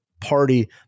party